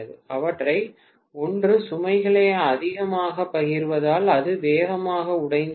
அவற்றில் ஒன்று சுமைகளை அதிகமாகப் பகிர்வதால் அது வேகமாக உடைந்து விடும்